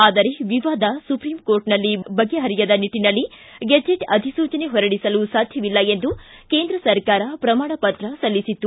ಆದರೆ ವಿವಾದ ಸುಪ್ರೀಂ ಕೋರ್ಟ್ನಲ್ಲಿ ಬಗೆಹರಿಯದ ನಿಟ್ಟಿನಲ್ಲಿ ಗೆಜೆಟ್ ಅಧಿಸೂಚನೆ ಹೊರಡಿಸಲು ಸಾಧ್ಯವಿಲ್ಲ ಎಂದು ಕೇಂದ್ರ ಸರ್ಕಾರ ಪ್ರಮಾಣ ಪತ್ರ ಸಲ್ಲಿಸಿತ್ತು